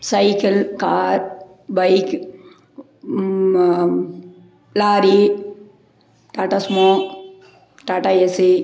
cycle car bike lorry Tata Sumo Tata AC